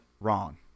wrong